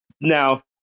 Now